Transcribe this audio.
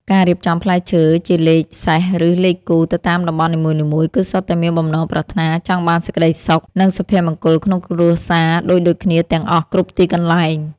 ការរៀបចំផ្លែឈើជាលេខសេសឬលេខគូទៅតាមតំបន់នីមួយៗគឺសុទ្ធតែមានបំណងប្រាថ្នាចង់បានសេចក្តីសុខ និង សុភមង្គលក្នុងគ្រួសារដូចៗគ្នាទាំងអស់គ្រប់ទីកន្លែង។